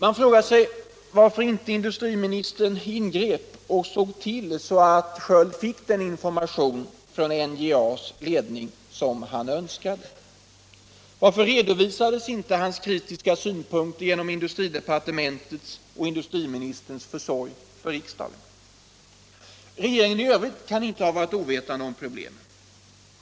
Man frågar sig varför industriministern inte ingrep och såg till att Sköld fick den information från NJA:s ledning han önskade. Varför redovisades inte hans kritiska synpunkter i samband med industridepartementets och industriministerns förslag för riksdagen? Regeringen i övrigt kan inte ha varit ovetande om problemen.